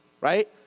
right